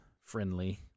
friendly